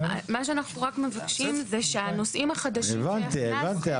אנחנו רק מבקשים שהנושאים החדשים --- הבנתי.